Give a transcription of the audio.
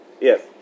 Yes